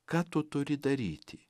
ką tu turi daryti